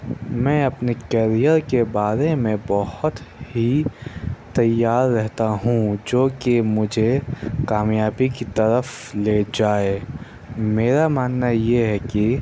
میں اپنے کیریر کے بارے میں بہت ہی تیار رہتا ہوں جو کہ مجھے کامیابی کی طرف لے جائے میرا ماننا یہ ہے کہ